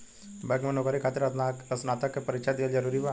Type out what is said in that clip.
Bank में नौकरी खातिर स्नातक के परीक्षा दिहल जरूरी बा?